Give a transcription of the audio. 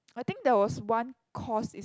I think there was one course its